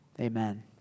Amen